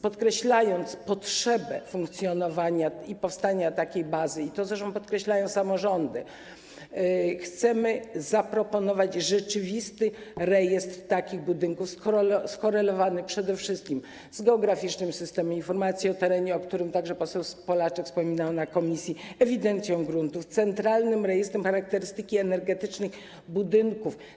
Podkreślając potrzebę funkcjonowania i powstania takiej bazy, co zresztą podkreślają samorządy, chcemy zaproponować rzeczywisty rejestr budynków skorelowany przede wszystkim z geograficznym systemem informacji o terenie, o którym wspominał także poseł Polaczek na posiedzeniu komisji, ewidencją gruntów, centralnym rejestrem charakterystyki energetycznej budynków.